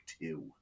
Two